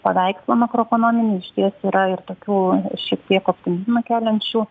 paveikslą makroekonominių išties yra ir tokių šiek tiek optimizmą keliančių